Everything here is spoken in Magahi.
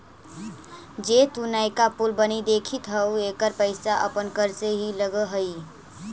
जे तु नयका पुल बनित देखित हहूँ एकर पईसा अपन कर से ही लग हई